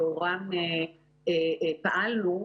במקרה של אנשים שלא מגיעים למפעל המוגן ולמסגרות היומיות.